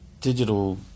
digital